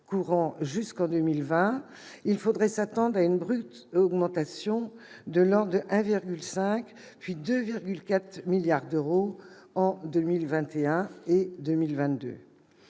courant jusqu'en 2020, il faudrait s'attendre à une brusque augmentation de l'ordre de 1,5, puis 2,4 milliards d'euros, en 2021 et en 2022.